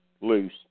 loose